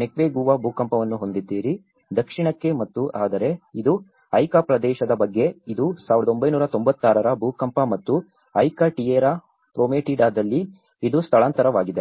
Moquegua ಭೂಕಂಪವನ್ನು ಹೊಂದಿದ್ದೀರಿ ದಕ್ಷಿಣಕ್ಕೆ ಮತ್ತು ಆದರೆ ಇದು ಐಕಾ ಪ್ರದೇಶದ ಬಗ್ಗೆ ಇದು 1996 ರ ಭೂಕಂಪ ಮತ್ತು ಐಕಾ ಟಿಯೆರಾ ಪ್ರೊಮೆಟಿಡಾದಲ್ಲಿ ಇದು ಸ್ಥಳಾಂತರವಾಗಿದೆ